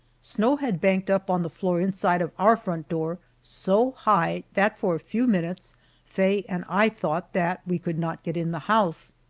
snow had banked up on the floor inside of our front door so high that for a few minutes faye and i thought that we could not get in the house.